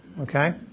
Okay